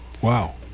Wow